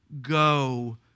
go